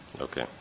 Okay